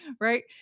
right